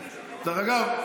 כנסת נכבדה, תירגע.